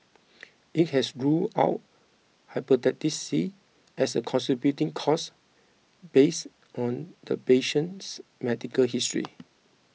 it has ruled out Hepatitis C as a contributing cause based on the patient's medical history